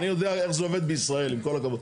אני יודע איך זה עובד בישראל, עם כל הכבוד.